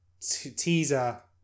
teaser